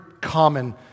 common